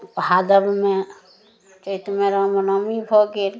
भादबमे चैतमे रामनमी भऽ गेल